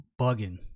bugging